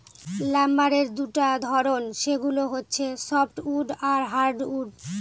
লাম্বারের দুটা ধরন, সেগুলো হচ্ছে সফ্টউড আর হার্ডউড